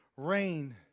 Rain